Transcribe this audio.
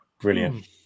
Brilliant